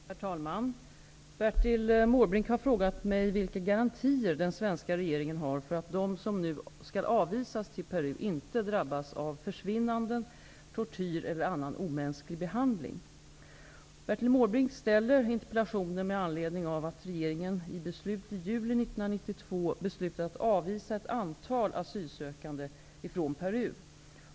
Herr talman! Bertil Måbrink har frågat mig vilka garantier den svenska regeringen har för att de som nu skall avvisas till Peru inte drabbas av ''försvinnande'', tortyr eller annan omänsklig behandling. beslutade att avvisa ett antal asylsökande från Peru.